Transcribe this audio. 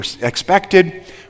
expected